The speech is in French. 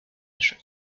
âge